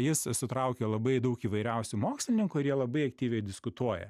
jis sutraukė labai daug įvairiausių mokslininkų ir jie labai aktyviai diskutuoja